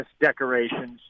decorations